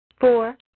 Four